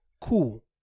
Cool